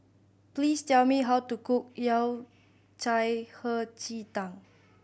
please tell me how to cook Yao Cai Hei Ji Tang